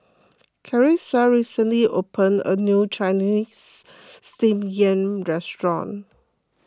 Carissa recently opened a new Chinese Steamed Yam restaurant